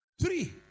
Three